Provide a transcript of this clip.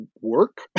work